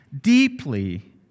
deeply